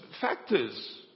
factors